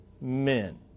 men